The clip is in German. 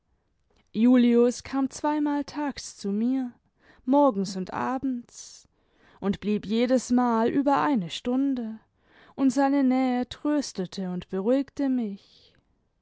julius kam zweimal tags zu mir morgens und abends und blieb jedesmal über eine stunde und seine nähe tröstete und beruhigte mich